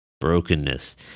brokenness